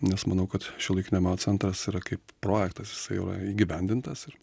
nes manau kad šiuolaikinio meno centras yra kaip projektas jisai yra įgyvendintas ir